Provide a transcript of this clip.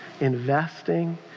investing